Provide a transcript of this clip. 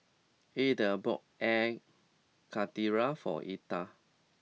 Edgar bought Air Karthira for Elta